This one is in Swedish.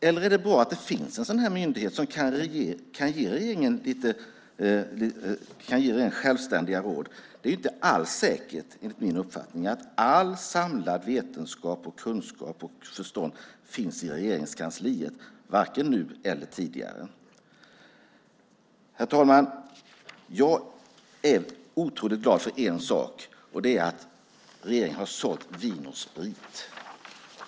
Eller är det bra att det finns en myndighet som kan ge regeringen självständiga råd? Det är ju inte alls säkert, enligt min uppfattning, att all samlad vetenskap, kunskap och förstånd finns i Regeringskansliet - varken nu eller tidigare. Herr talman! Jag är otroligt glad för en sak, och det är att regeringen har sålt Vin & Sprit!